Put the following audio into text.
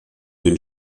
den